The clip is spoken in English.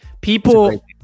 People